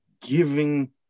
giving